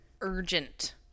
urgent